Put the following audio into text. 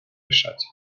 решать